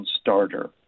starter